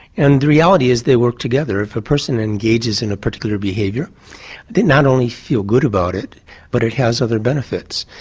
and the reality is they work together, if a person engages in a particular behaviour they not only feel good about it but it has other benefits.